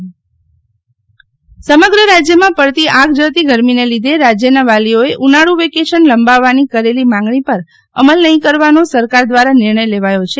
શીતલ વૈશ્નવ વેકેશનમા સમગ્ર રાજ્યમાં પડતી આગ ઝરતી ગરમીને લીધે રાજ્યના વાલીઓએ ઉનાળુ વેકેશન લંબાવવાની કરેલી માંગણી પર અમલ નફિ કરવાનો સરકાર દ્વારા નિર્ણય લેવાયો છે